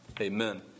amen